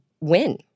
win